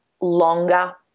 longer